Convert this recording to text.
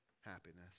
happiness